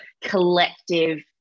collective